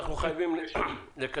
אבל אנחנו חייבים לקצר.